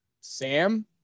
Sam